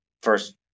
first